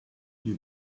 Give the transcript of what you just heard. you